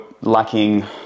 lacking